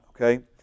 okay